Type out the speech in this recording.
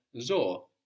zo